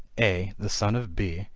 a the son of b,